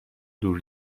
دور